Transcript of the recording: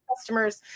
customers